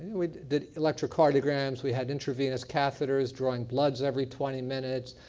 we did electrocardiograms, we had intravenous catheters drawing bloods every twenty minutes,